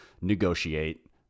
negotiate